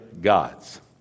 gods